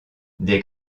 des